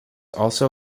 also